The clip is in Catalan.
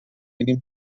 mínim